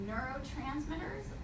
Neurotransmitters